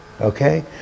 Okay